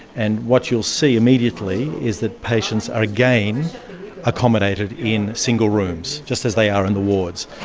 and what you'll see immediately is that patients are again accommodated in single rooms, just as they are in the wards.